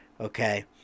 Okay